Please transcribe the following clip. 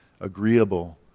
agreeable